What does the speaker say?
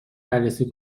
بررسی